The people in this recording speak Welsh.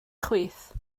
chwith